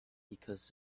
because